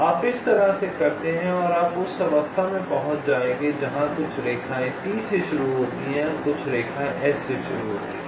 आप इस तरह से करते हैं और आप उस अवस्था में पहुंच जाएंगे जहां कुछ रेखाएं T से शुरू होती है और कुछ रेखाएं S से शुरू होती है